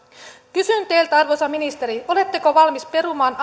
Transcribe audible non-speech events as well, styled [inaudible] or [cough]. kysyn teiltä arvoisa ministeri oletteko valmis perumaan [unintelligible]